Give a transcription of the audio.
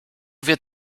wird